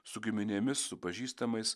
su giminėmis su pažįstamais